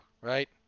right